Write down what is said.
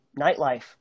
nightlife